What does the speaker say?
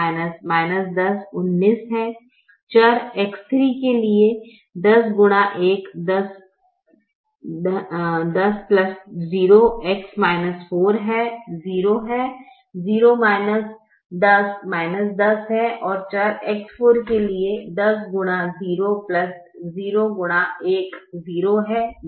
चर X3 के लिए 10x1 10 0 x 4 0 है 0 10 10 है और चर X4 के लिए 0 है 0 है